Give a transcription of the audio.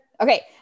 Okay